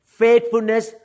faithfulness